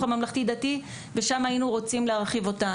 הממלכתי-דתי ושם היינו רוצים להרחיב אותה.